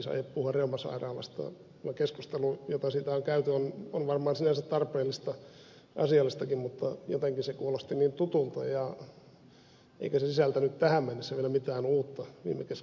keskustelu jota siitä on käyty on varmaan sinänsä tarpeellista ja asiallistakin mutta jotenkin se kuulosti niin tutulta eikä sisältänyt tähän mennessä vielä mitään uutta viimekeväiseen välikysymyskeskusteluun